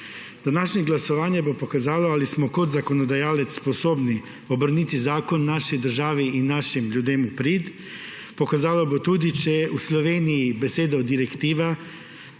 Današnje glasovanje bo pokazalo, ali smo kot zakonodajalec sposobni obrniti zakon naši državi in našim ljudem v prid. Pokazalo bo tudi, ali v Sloveniji besedo direktiva